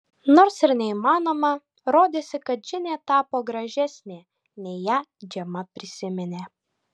nors ir neįmanoma rodėsi kad džinė tapo gražesnė nei ją džema prisiminė